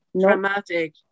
dramatic